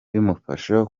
bimufasha